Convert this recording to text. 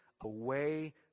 away